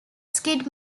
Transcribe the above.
skid